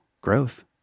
growth